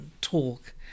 talk